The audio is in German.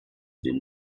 den